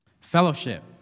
Fellowship